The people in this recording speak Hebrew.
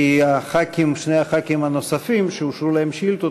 כי שני חברי הכנסת הנוספים שאושרו להם שאילתות,